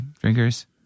drinkers